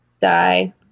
die